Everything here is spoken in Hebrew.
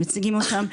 מציגים אותם,